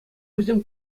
вӗсем